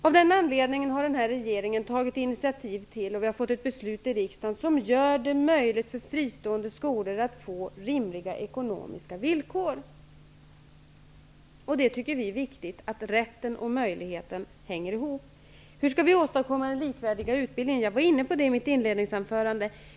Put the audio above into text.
Av den anledningen har den här regeringen tagit initiativ -- och beslut har fattats av riksdagen -- som gör det möjligt för fristående skolor att få rimliga ekonomiska villkor. Vi tycker att det är viktigt att rätten och möjligheten hänger ihop. Hur skall vi åstadkomma den likvärdiga utbildningen? frågar Ewa Hedkvist Petersen. Jag var inne på det i mitt inledningsanförande.